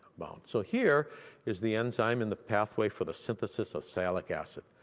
so here is the enzyme and the pathway for the synthesis of sialic acid.